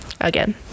again